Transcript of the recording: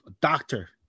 doctor